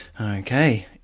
okay